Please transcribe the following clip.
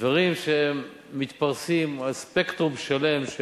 דברים שמשתרעים על ספקטרום שלם של